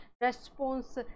response